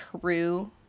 true